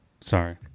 Sorry